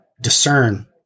discern